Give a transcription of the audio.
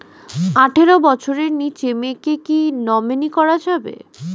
আঠারো বছরের নিচে মেয়েকে কী নমিনি করা যাবে?